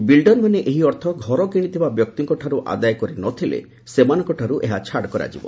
ବିଲଡରମାନେ ଏହି ଅର୍ଥ ଘର କିଣିଥିବା ବ୍ୟକ୍ତିଙ୍କଠାରୁ ଆଦାୟ କରିନଥିଲେ ସେମାନଙ୍କଠାରୁ ଏହି ଅର୍ଥ ଛାଡ଼ କରାଯିବ